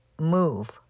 move